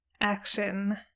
action